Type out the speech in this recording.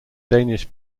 danish